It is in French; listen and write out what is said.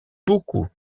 beaucoup